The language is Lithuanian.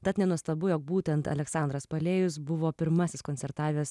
tad nenuostabu jog būtent aleksandras palėjus buvo pirmasis koncertavęs